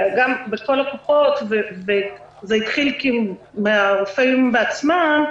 בכל הקופות, וזה התחיל מן הרופאים בעצמם,